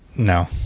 No